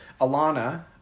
Alana